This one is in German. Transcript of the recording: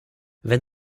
wenn